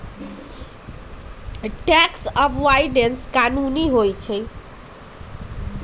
tax avoidance कानूनी होइ छइ